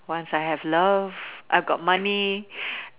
once I have love I've got money